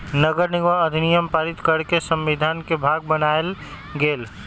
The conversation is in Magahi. नगरनिगम अधिनियम पारित कऽ के संविधान के भाग बनायल गेल